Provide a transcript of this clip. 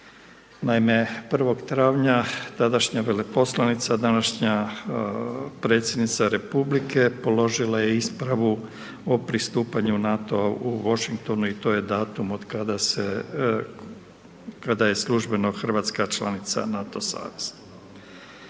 Naime, 1. travnja tadašnja veleposlanica današnja predsjednica Republike položila je ispravu o pristupanju NATO-a u Washingtonu i to je datum od kada se predaje službeno Hrvatska članica NATO saveza.